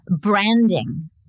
branding